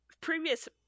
previous